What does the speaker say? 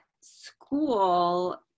school